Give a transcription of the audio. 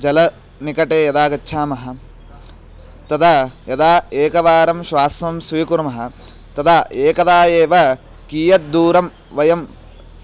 जलनिकटे यदा गच्छामः तदा यदा एकवारं श्वासं स्वीकुर्मः तदा एकदा एव कियद्दूरं वयं